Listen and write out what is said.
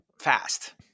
fast